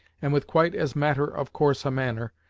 and with quite as matter of course a manner,